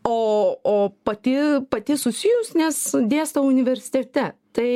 o o pati pati susijus nes dėstau universitete tai